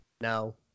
No